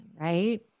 right